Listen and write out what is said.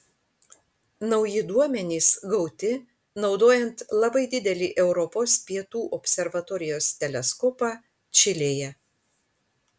nauji duomenys gauti naudojant labai didelį europos pietų observatorijos teleskopą čilėje